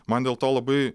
man dėl to labai